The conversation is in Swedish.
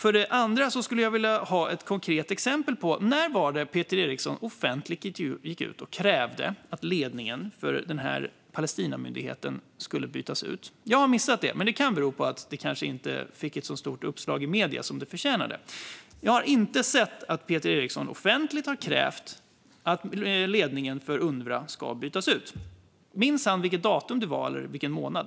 Jag skulle vilja ha ett konkret exempel på när Peter Eriksson offentligt gick ut och krävde att ledningen för denna Palestinamyndighet skulle bytas ut. Jag har missat det. Men det kan bero på att det kanske inte fick ett så stort uppslag i medierna som det förtjänade. Jag har inte sett att Peter Eriksson offentligt har krävt att ledningen för Unrwa ska bytas ut. Minns Peter Eriksson vilket datum det var eller vilken månad?